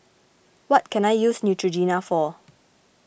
what can I use Neutrogena for